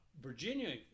Virginia